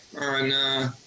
on